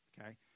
Okay